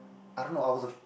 I don't know I was a